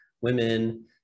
women